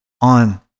on